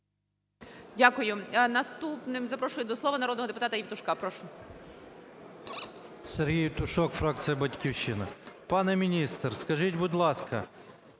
Дякую. Наступним запрошую до слова народного депутата Євтушка. Прошу. 12:52:27 ЄВТУШОК С.М. Сергій Євтушок, фракція "Батьківщина". Пане міністр, скажіть, будь ласка,